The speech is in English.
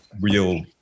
real